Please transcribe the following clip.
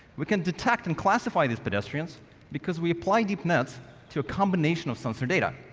we can detect and classify these pedestrians because we apply deep nets to a combination of sensory data.